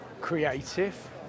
creative